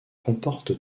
comporte